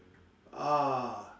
ah